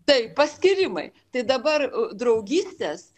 taip paskyrimai tai dabar draugystės